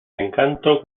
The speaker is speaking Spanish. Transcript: encanto